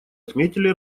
отметили